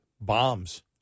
bombs